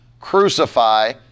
crucify